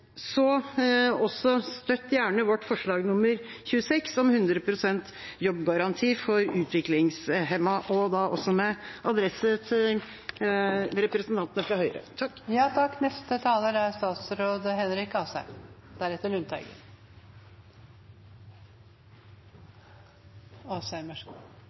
gjerne også vårt forslag nr. 26, om 100 pst. jobbgaranti for utviklingshemmede, og da også med adresse til representantene fra Høyre.